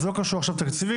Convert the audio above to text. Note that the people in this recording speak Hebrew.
זה לא קשור עכשיו לתקציבים.